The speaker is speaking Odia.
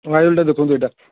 ଦେଖନ୍ତୁ ଏଇଟା